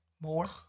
more